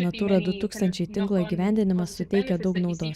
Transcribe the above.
natūra du tūkstančiai tinklo įgyvendinimas suteikia daug naudos